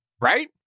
right